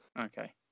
Okay